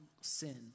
sin